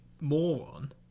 moron